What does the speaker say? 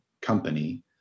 company